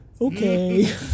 Okay